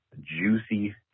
juicy